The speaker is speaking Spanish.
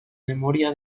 memoria